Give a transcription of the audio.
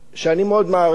שאני מאוד מעריך